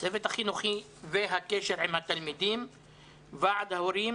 הצוות החינוכי והקשר עם התלמידים וועד ההורים.